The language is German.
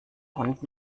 hund